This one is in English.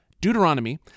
Deuteronomy